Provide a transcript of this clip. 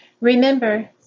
Remember